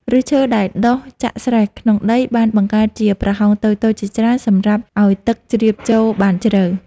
ឫសឈើដែលដុះចាក់ស្រែះក្នុងដីបានបង្កើតជាប្រហោងតូចៗជាច្រើនសម្រាប់ឱ្យទឹកជ្រាបចូលបានជ្រៅ។